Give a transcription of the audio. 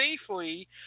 safely